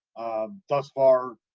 um, thus far,